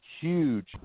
huge